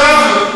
עכשיו,